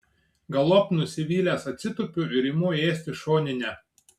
galop nusivylęs atsitupiu ir imu ėsti šoninę